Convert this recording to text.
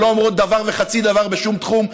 שלא אומרות דבר וחצי דבר בשום תחום,